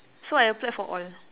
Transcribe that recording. so I applied for all